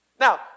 Now